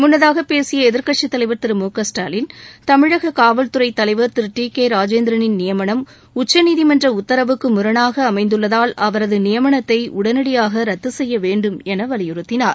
முன்னதாக பேசிய எதிர்க்கட்சித்தலைவர் திரு மு க ஸ்டாலின் தமிழக காவல்துறை தலைவர் திரு டி கே ராஜேந்திரனின் நியமனம் உச்சநீதிமன்ற உத்தரவுக்கு முரணாக அமைந்துள்ளதால் அவரது நியமனத்தை உடனடியாக ரத்துசெய்யவேண்டும் என வலியுறுத்தினார்